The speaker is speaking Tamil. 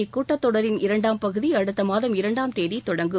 இக்கூட்டத் தொடரின் இரண்டாம் பகுதி அடுத்த மாதம் இரண்டாம் தேதி தொடங்கும்